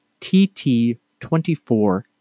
tt24